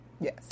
Yes